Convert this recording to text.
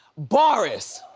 boris,